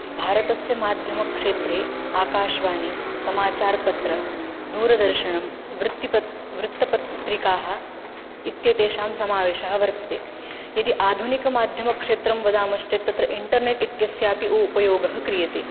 भारतस्य माध्यमक्षेत्रे आकाशवाणी समाचारपत्रं दूरदर्शनं वृत्तिः वृत्तपत्रिकाः इत्येतेषां समावेशः वर्तते यदि आधुनिकमाध्यमक्षेत्रं वदामश्चेत् तत्र इण्टर्नेट् इत्यस्यापि उपयोगः क्रियते